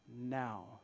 Now